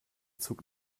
zug